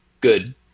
good